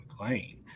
McLean